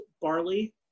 barley